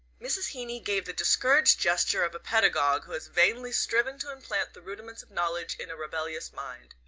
mrs. heeny gave the discouraged gesture of a pedagogue who has vainly striven to implant the rudiments of knowledge in a rebellious mind.